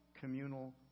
communal